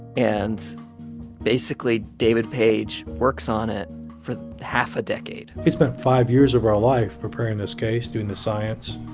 and basically, david page works on it for half a decade we spent five years of our life preparing this case, doing the science.